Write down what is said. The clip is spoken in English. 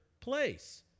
place